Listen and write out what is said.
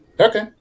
Okay